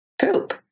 poop